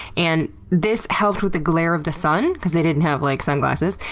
and this helped with the glare of the sun cause they didn't have like sunglasses,